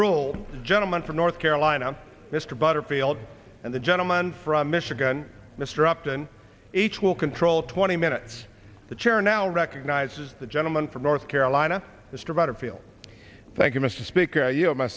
rule gentleman from north carolina mr butterfield and the gentleman from michigan mr upton each will control twenty minutes the chair now recognizes the gentleman from north carolina mr butterfield thank you m